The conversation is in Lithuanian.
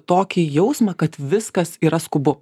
tokį jausmą kad viskas yra skubu